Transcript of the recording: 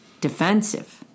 Defensive